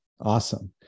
Awesome